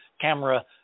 camera